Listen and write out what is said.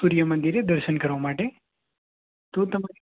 સૂર્યમંદિરે દર્શન કરવા માટે તો તમારે